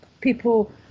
people